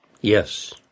Yes